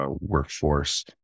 workforce